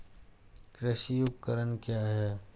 कृषि उपकरण क्या है?